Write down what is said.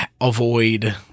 avoid